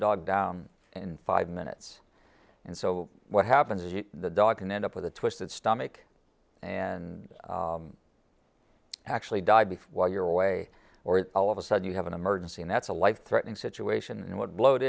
dog down in five minutes and so what happens is the dog can end up with a twisted stomach and actually die before while you're away or all of a sudden you have an emergency and that's a life threatening situation and what blo